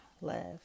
love